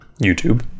YouTube